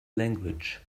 language